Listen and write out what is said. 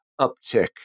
uptick